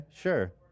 sure